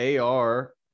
AR